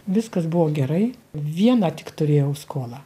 viskas buvo gerai vieną tik turėjau skolą